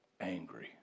angry